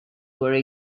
were